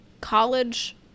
college